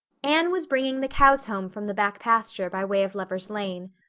anne was bringing the cows home from the back pasture by way of lover's lane.